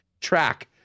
track